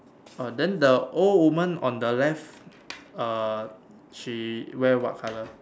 then the old woman on the left uh she wear what colour